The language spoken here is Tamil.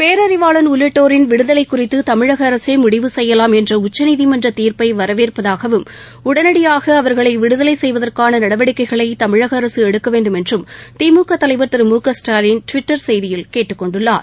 பேரறிவாளன் உள்ளிட்டோரின் விடுதலை குறித்து தமிழக அரசே முடிவு செய்யலாம் என்ற உச்சநீதிமன்ற தீர்ப்பை வரவேற்பதாகவும் உடனடியாக அவர்களை விடுதலை செய்வதற்கான நடவடிக்கைகளை தமிழக அரசு எடுக்க வேண்டுமென்றும் திமுக தலைவர் திரு மு க ஸ்டாலின் டுவிட்டர் செய்தியில் கேட்டுக் கொண்டுள்ளார்